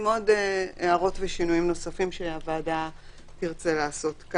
ואם יש הערות ושינויים נוספים שהוועדה תרצה לעשות.